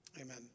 Amen